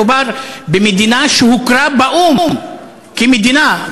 מדובר במדינה שהוכרה באו"ם כמדינה,